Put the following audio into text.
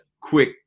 quick